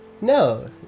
no